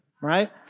right